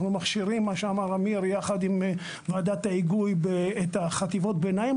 אנחנו מכשירים מה שאמר אמיר יחד עם ועדת ההיגוי את חטיבות הביניים,